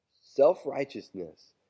Self-righteousness